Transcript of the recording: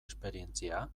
esperientzia